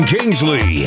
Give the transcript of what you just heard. Kingsley